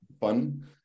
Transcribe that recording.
fun